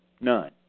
None